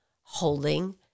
holding